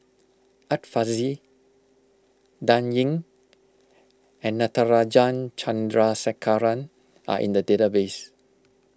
Art Fazil Dan Ying and Natarajan Chandrasekaran are in the database